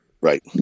right